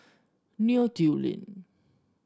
Neo Tiew Lane